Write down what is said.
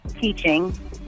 teaching